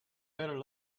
better